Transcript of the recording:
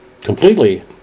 completely